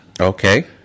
Okay